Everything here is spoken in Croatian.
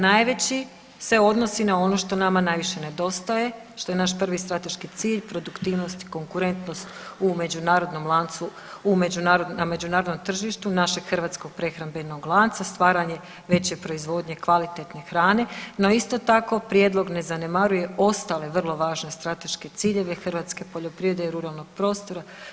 Najveći se odnosi na ono što nama najviše nedostaje, što je naš prvi strateški cilj, produktivnost i konkurentnost u međunarodnom lancu na međunarodnom tržištu našeg hrvatskog prehrambenog lanca, stvaranje veće proizvodnje kvalitetne hrane, no isto tako prijedlog ne zanemaruje ostale vrlo važne strateške ciljeve hrvatske poljoprivrede i ruralnog prostora.